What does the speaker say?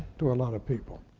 to a lot of people.